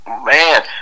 man